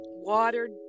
Watered